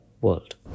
world